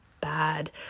bad